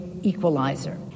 equalizer